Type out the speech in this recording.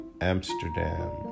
Amsterdam